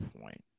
point